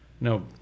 no